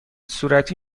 صورتی